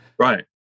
Right